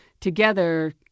together